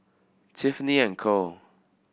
Tiffany and Co